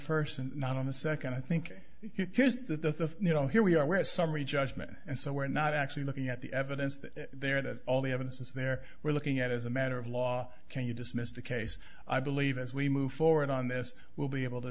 first and not on the second i think here's the you know here we are a summary judgment and so we're not actually looking at the evidence that they're that all the evidence is there we're looking at as a matter of law can you dismiss the case i believe as we move forward on this will be able to